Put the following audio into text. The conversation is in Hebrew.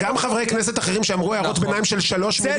גם חברי כנסת אחרים שאמרו הערות ביניים של שלוש מילים,